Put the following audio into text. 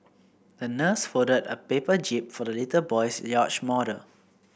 the nurse folded a paper jib for the little boy's yacht model